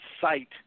site